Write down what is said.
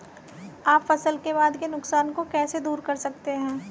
आप फसल के बाद के नुकसान को कैसे दूर करते हैं?